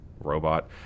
robot